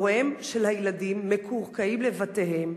הוריהם של הילדים מקורקעים לבתיהם,